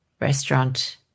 restaurant